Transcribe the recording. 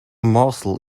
morsel